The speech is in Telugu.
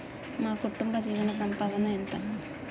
మా కుటుంబ జీవన సంపాదన ఎంత?